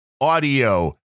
audio